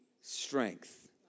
strength